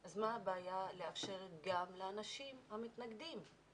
אז מה הבעיה לאשר גם לאנשים המתנגדים?